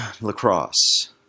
lacrosse